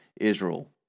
Israel